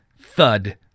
thud